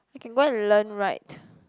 I can go and learn right